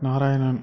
Narayanan